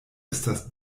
estas